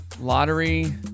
Lottery